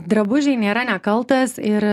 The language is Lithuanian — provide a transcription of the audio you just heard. drabužiai nėra nekaltas ir